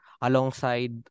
alongside